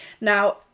Now